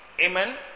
Amen